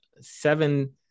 seven